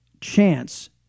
chance